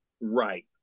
Right